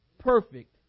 perfect